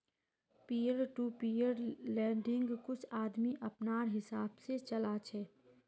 peer to peer लेंडिंग्क कुछ आदमी अपनार हिसाब से चला छे